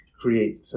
create